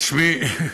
תשמעי,